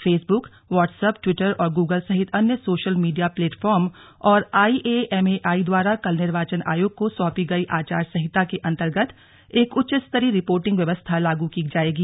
Facebook WhatsApp Twitter और Google सहित अन्य सोशल मीडिया प्लेटफॉर्म और आईएएमएआई द्वारा कल निर्वाचन आयोग को सौंपी गई आचार संहिता के अंतर्गत एक उच्चस्तरीय रिपोर्टिंग व्यवस्था लागू की जाएगी